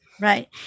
Right